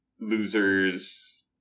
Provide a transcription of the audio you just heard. losers